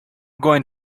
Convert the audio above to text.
going